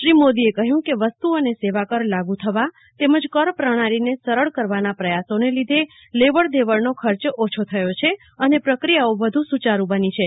શ્રી મોદીઅ કહયું કે વસ્તુ અને સેવા કર લાગુ થવા તેમજ કર પ્રણાલીને સરળ કરવાના પ્રયાસો ન લીધે લેવડ દેવડનો ખર્ચ ઓછો થયો છે અને પ્રક્રિયાઓ વધ સચાર બની રહો છે